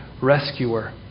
rescuer